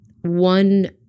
one